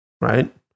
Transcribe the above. right